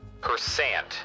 Percent